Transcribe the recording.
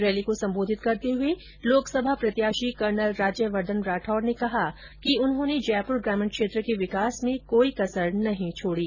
rally को संबोधित करते हुए लोक सभा प्रत्याषी कर्नल राज्यवर्धन राठौड ने कहा कि उन्होंने जयपुर ग्रामीण क्षेत्र के विकास में कोई कसर नहीं छोडी